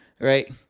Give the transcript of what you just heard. right